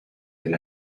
del